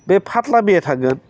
बे फाथलामिआ थागोन